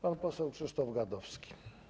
Pan poseł Krzysztof Gadowski.